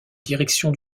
direction